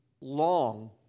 long